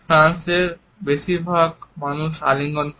ফ্রান্সের বেশিরভাগ মানুষ আলিঙ্গন করে